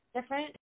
different